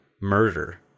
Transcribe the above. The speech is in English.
murder